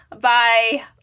bye